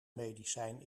medicijn